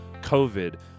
COVID